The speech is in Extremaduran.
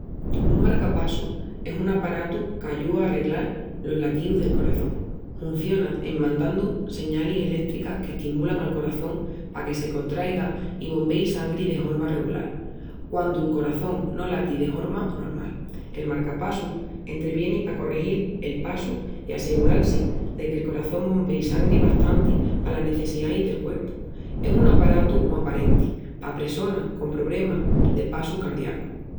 Un marcapassus es un aparatu qu'ayúa a reglal los latíus del coraçón. Hunciona en mandandu señalis elétricas qu'estimulan al coraçón paque se contraiga i bombéi sangri de horma regulal. Quandu'l coraçón no lati de horma normal, el marcapassus entrevieni pa corregil el passu i assegural-si de que'l coraçón bombéi sangri bastanti palas nesseciais del cuerpu. Es un aparatu mu aparenti pa pressonas con pobremas de passu cardiacu.